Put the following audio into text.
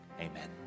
Amen